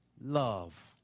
love